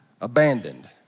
abandoned